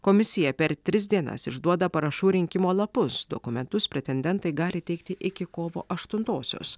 komisija per tris dienas išduoda parašų rinkimo lapus dokumentus pretendentai gali teikti iki kovo aštuntosios